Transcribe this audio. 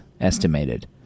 estimated